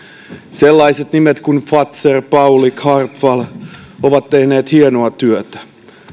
sellaiset nimet kuin fazer paulig ja hartwall ovat tehneet hienoa työtä